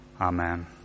amen